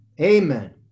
Amen